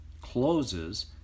closes